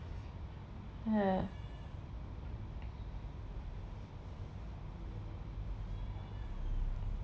ya